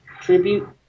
tribute